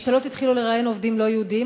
2. משתלות התחילו לראיין עובדים לא-יהודים,